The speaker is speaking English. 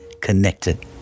connected